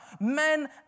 Men